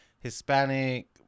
Hispanic